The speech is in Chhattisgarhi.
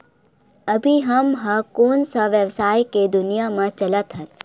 अभी हम ह कोन सा व्यवसाय के दुनिया म चलत हन?